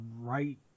right